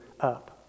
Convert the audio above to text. up